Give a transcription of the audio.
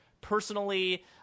personally